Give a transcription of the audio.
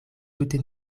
tute